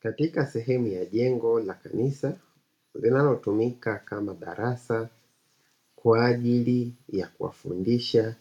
Katika sehemu ya jengo la kanisa linalotumika kama darasa kwa ajili ya kuwafundisha